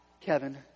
Kevin